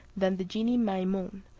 than the genie maimoun,